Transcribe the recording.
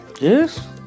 Yes